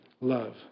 love